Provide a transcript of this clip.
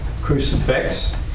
crucifix